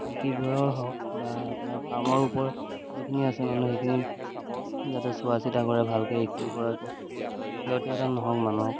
কৃষি বিষয়ৰ হওক বা আপোনাৰ ফাৰ্মৰ ওপৰত যিখিনি আছে মানুহ সেইখিনি যাতে চোৱা চিতা কৰে ভালকৈ এইখিনিৰ পৰা একো ক্ষতি সাধন নহওক মানুহক